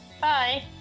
Bye